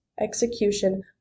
execution